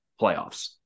playoffs